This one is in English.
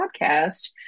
podcast